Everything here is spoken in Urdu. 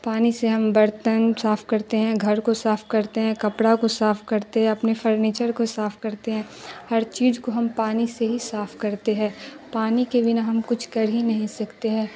پانی سے ہم برتن صاف کرتے ہیں گھر کو صاف کرتے ہیں کپڑا کو صاف کرتے ہیں اپنے فرنیچڑ کو صاف کرتے ہیں ہر چیز کو ہم پانی سے ہی صاف کرتے ہیں پانی کے بنا ہم کچھ کر ہی نہیں سکتے ہیں